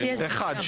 אחד.